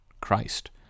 Christ